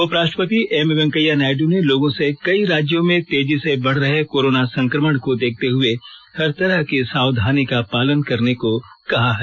उपराष्ट्रपति एमवेंकैया नायड्र ने लोगों से कई राज्यों में तेजी से बढ़ रहे कोरोना संक्रमण को देखते हुए हर तरह की सावधानी का पालन करने को कहा है